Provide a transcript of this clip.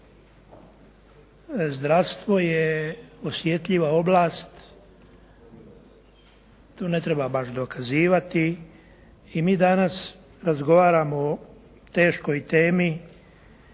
Zdravstvo je osjetljiva oblast, tu ne treba baš dokazivati i mi danas razgovaramo o teškoj temi